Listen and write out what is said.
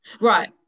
right